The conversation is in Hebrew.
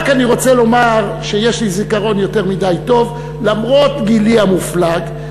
רק אני רוצה לומר שיש לי זיכרון יותר מדי טוב למרות גילי המופלג,